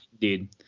Indeed